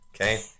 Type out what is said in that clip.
Okay